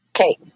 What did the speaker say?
Okay